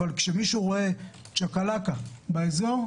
אבל כשמישהו רואה צ'קלקה באזור,